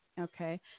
Okay